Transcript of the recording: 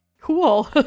cool